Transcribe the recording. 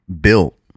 built